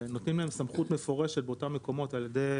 ונותנים להם סמכות מפורשת באותם מקומות על ידי